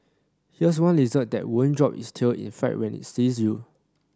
here's one lizard that won't drop its tail in fright when it sees you